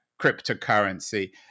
cryptocurrency